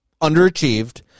underachieved